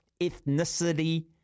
ethnicity